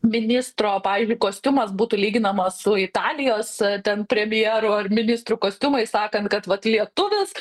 ministro pavyzdžiui kostiumas būtų lyginamas su italijos ten premjerų ar ministrų kostiumais sakant kad vat lietuvis